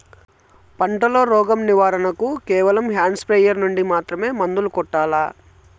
పంట లో, రోగం నివారణ కు కేవలం హ్యాండ్ స్ప్రేయార్ యార్ నుండి మాత్రమే మందులు కొట్టల్లా?